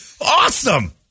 Awesome